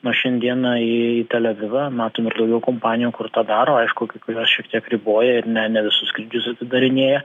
nors šiandieną į tel avivą matom ir daugiau kompanijų kur tą daro aišku kai kurios šiek tiek riboja ir ne ne visus skrydžius atidarinėja